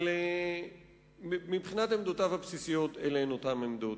אבל מבחינת עמדותיו הבסיסיות, אלה אותן עמדות.